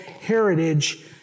heritage